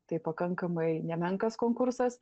tai pakankamai nemenkas konkursas